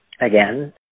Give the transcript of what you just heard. Again